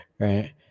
Right